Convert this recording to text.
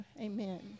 Amen